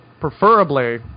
Preferably